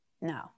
No